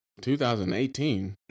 2018